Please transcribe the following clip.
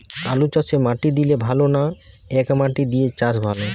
আলুচাষে মাটি দিলে ভালো না একমাটি দিয়ে চাষ ভালো?